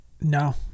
No